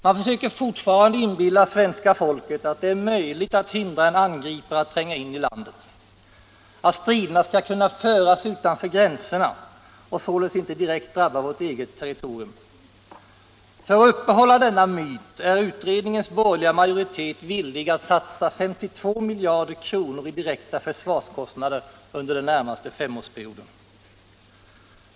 Man försöker fortfarande inbilla svenska folket att det är möjligt att hindra en angripare att tränga in i landet, att striderna skall kunna föras utanför gränserna och således inte direkt drabba vårt eget territorium. För att uppehålla denna myt är utredningens borgerliga majoritet villig att satsa 52 miljarder kronor i direkta försvarskostnader under den närmaste femårsperioden.